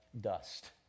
dust